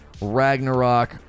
Ragnarok